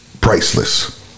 priceless